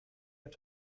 have